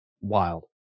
wild